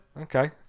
Okay